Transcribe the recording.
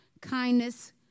kindness